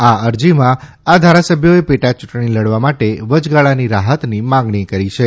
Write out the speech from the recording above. આ અરજીમાં આ ધારાસભ્યોએ પેટાયૂંટણી લડવા માટે વયગાળાની રાહતની માંગણી કરી છે